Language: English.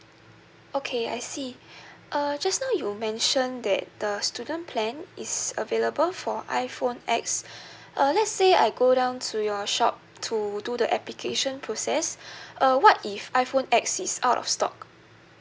okay I see uh just now you mentioned that the student plan is available for iphone X uh let's say I go down to your shop to do the application process uh what if iphone X is out of stock